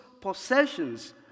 possessions